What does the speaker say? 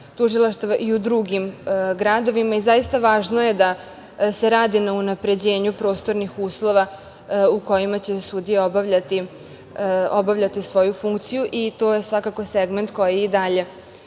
tužilaštava i u drugim gradovima. Zaista, važno je da se radi na unapređenju prostornih uslova u kojima će sudije obavljati svoju funkciju i to je svakako segment koji nadalje